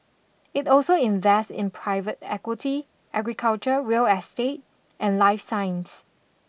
it also invests in private equity agriculture real estate and life science